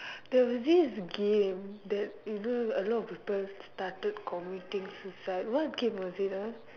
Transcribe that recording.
there's this game that you a lot people started committing suicide what game was it ah